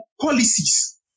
policies